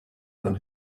than